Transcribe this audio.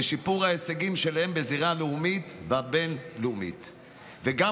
לשיפור ההישגים שלהם בזירה הלאומית והבין-לאומית וגם